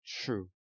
true